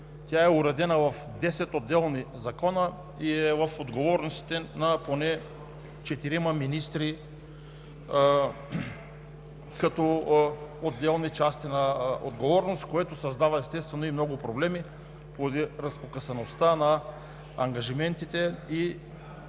– уредена е в десет отделни закона, и е в отговорностите на поне четирима министри, като отделни части на отговорност, което създава, естествено, и много проблеми поради разпокъсаността на ангажиментите и